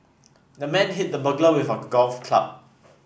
the man hit the burglar with a golf club